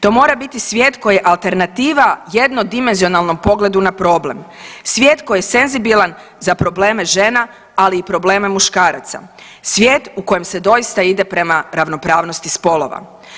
To mora biti svijet koji je alternativa jednodimenzionalnom pogledu na problem, svijet koji je senzibilan za probleme žena, ali i probleme muškaraca, svijet u kojem se doista ide prema ravnopravnosti spolova.